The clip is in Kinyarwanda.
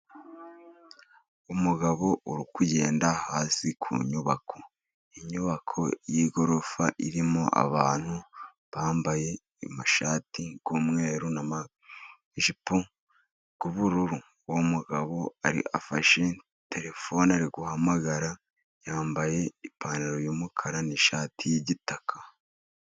Umugabo uri kugenda hasi ku nyubako, inyubako y'igorofa irimo abantu bambaye amashati y'umweru n'amajipo y'ubururu, uwo mugabo afashe terefone ari guhamagara, yambaye ipantaro y'umukara n'ishati y'igitaka.